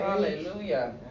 Hallelujah